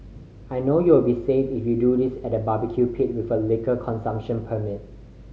I know you'll be safe if you do this at a barbecue pit with a liquor consumption permit